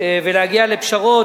ולהגיע לפשרות.